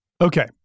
Okay